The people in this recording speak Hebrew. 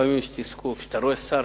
לפעמים יש תסכול, כשאתה רואה שר